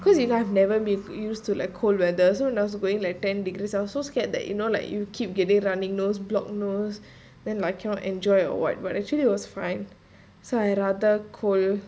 cause you know I've never been used to like cold weather so when I was going like ten degrees I was so scared that you know like you keep getting running nose blocked nose then like cannot enjoy or what but actually it was fine so I rather cold